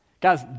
Guys